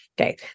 Okay